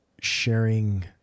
sharing